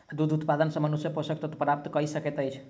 दूध उत्पाद सॅ मनुष्य पोषक तत्व प्राप्त कय सकैत अछि